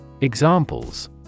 Examples